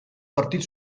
partit